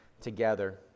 together